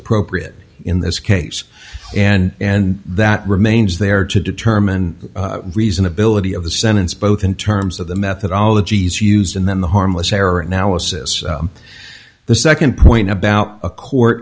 appropriate in this case and that remains there to determine reasonability of the sentence both in terms of the methodology is used and then the harmless error analysis the second point about a court